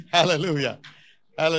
Hallelujah